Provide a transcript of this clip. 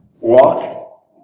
Walk